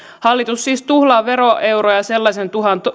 hallitus siis tuhlaa veroeuroja sellaisen